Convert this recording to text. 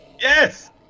yes